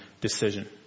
decision